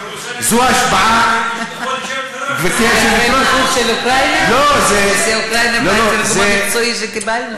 זה התרגום של נאום נשיא אוקראינה בתרגום המקצועי שקיבלנו?